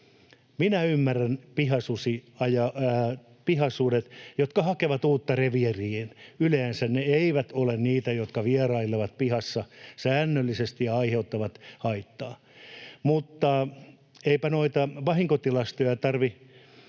Minä ymmärrän pihasusia, jotka hakevat uutta reviiriä. Yleensä ne eivät ole niitä, jotka vierailevat pihassa säännöllisesti ja aiheuttavat haittaa, mutta eipä noita vahinkotilastoja tarvitse